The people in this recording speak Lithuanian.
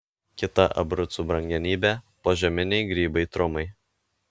kita abrucų brangenybė požeminiai grybai trumai